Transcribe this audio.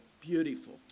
beautiful